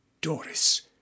doris